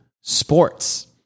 sports